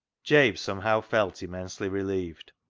jabe somehow felt immensely relieved,